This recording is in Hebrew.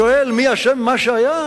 אני שואל, מי אשם במה שהיה?